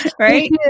Right